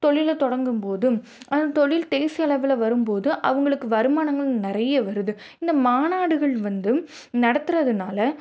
தொழில தொடங்கும் போதும் அந்த தொழில் தேசிய அளவில் வரும் போது அவங்களுக்கு வருமானங்களும் நிறைய வருது இந்த மாநாடுகள் வந்தும் நடத்துறதனால